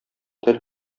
тел